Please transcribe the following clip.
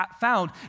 found